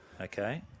Okay